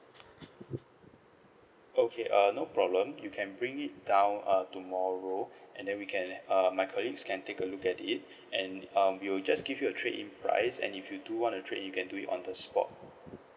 okay err no problem you can bring it down err tomorrow and then we can um my colleagues can take a look at it and um we'll just give you a trade in price and if you do want to trade in you can do it on the spot